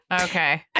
Okay